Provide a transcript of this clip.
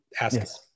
ask